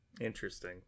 Interesting